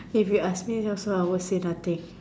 if you ask me also I will say nothing